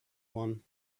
one